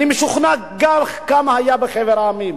אני משוכנע שכך גם היה בחבר המדינות,